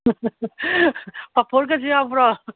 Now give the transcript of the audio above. ꯄꯥꯐꯣꯔꯒꯁꯨ ꯌꯥꯎꯕ꯭ꯔꯣ